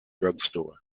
drugstore